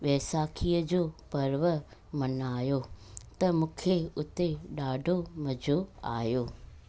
वैसाखीअ जो पर्व मल्हायो त मूंखे उते ॾाढो मज़ो आयो